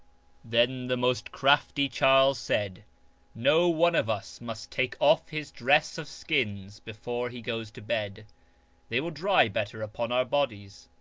then the most crafty charles said no one of us must take off his dress of skins before he goes to bed they will dry better upon our bodies.